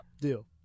deal